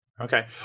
Okay